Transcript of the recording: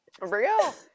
real